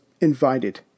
invited